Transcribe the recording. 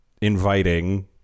inviting